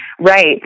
Right